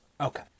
Okay